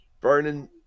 burning